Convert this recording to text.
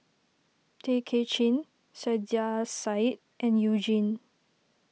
Tay Kay Chin Saiedah Said and You Jin